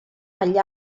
agli